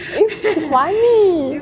it's funny